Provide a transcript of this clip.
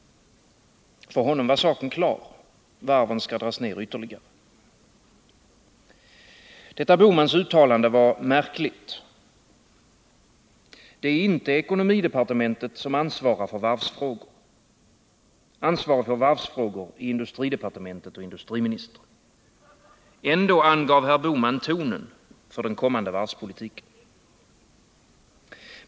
För honom var saken klar. Varven skall dras ner ytterligare. Detta herr Bohmans uttalande var märkligt. Det är inte ekonomidepartementet som ansvarar för varvsfrågor. Ansvarig för varvsfrågor är industridepartementet och industriministern. Ändå angav herr Bohman tonen för den kommande varvspolitiken.